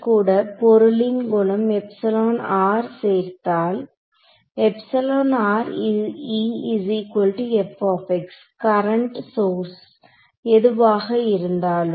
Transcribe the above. கூட பொருளின் குணம் சேர்ந்தால் கரண்ட் சோர்ஸ் எதுவாக இருந்தாலும்